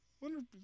Wonder